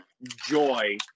joy